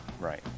Right